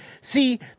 See